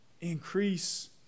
increase